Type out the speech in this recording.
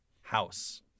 house